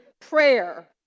prayer